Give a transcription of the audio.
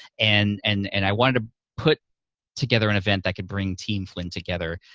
and and and i wanted to put together an event that could bring team flynn together,